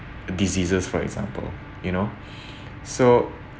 diseases for example you know so